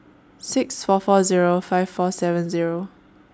six four four Zero five four seven Zero